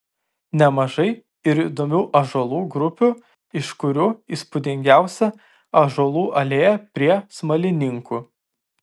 nemažai ir įdomių ąžuolų grupių iš kurių įspūdingiausia ąžuolų alėja prie smalininkų